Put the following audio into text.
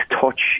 touch